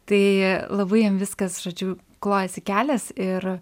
tai labai jam viskas žodžiu klojasi kelias ir